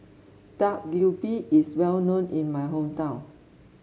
Dak Galbi is well known in my hometown